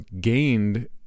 gained